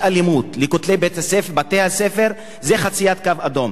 אלימות לבתי-הספר זה חציית קו אדום.